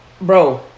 bro